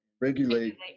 regulate